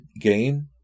game